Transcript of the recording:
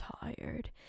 tired